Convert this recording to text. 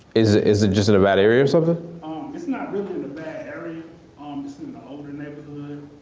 is is it just in a bad area or something? it's not really in a bad area. um it's in an older neighborhood.